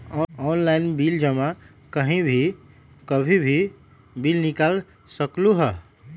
Online bill जमा कहीं भी कभी भी बिल निकाल सकलहु ह?